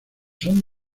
son